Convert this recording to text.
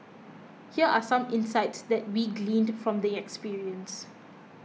here are some insights that we gleaned from the experience